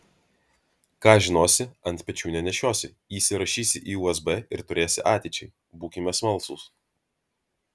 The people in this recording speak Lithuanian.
ką žinosi ant pečių nenešiosi įsirašysi į usb ir turėsi ateičiai būkime smalsūs